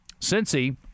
Cincy